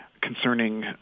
concerning